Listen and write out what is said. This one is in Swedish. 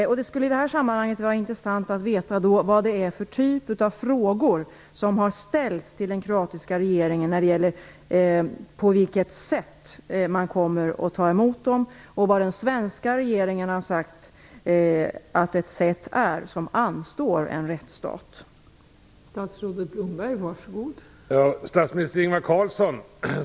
I det här sammanhanget skulle det vara intressant att veta vilken typ av frågor som har ställts till den kroatiska regeringen när det gäller på vilket sätt man kommer att ta emot de här personerna. Vad har den svenska regeringen sagt att ett sätt som anstår en rättsstat innebär?